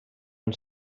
els